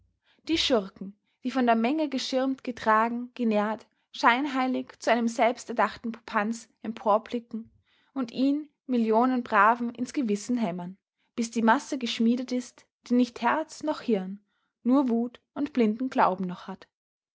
die schurken die von der menge geschirmt getragen genährt scheinheilig zu einem selbsterdachten popanz emporblicken und ihn millionen braven ins gewissen hämmern bis die masse geschmiedet ist die nicht herz noch hirn nur wut und blinden glauben noch hat